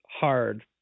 hard